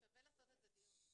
שווה לעשות על זה דיון,